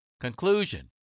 Conclusion